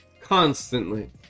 constantly